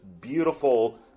beautiful